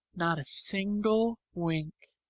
not a single wink.